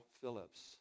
Phillips